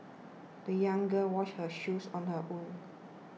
the young girl washed her shoes on her own